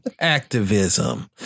activism